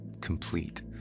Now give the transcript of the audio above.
complete